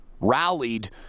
rallied